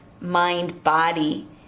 mind-body